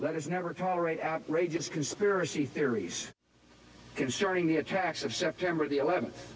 let us never tolerate affray just conspiracy theories concerning the attacks of september the eleventh